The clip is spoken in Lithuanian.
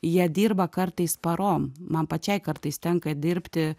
jie dirba kartais parom man pačiai kartais tenka dirbti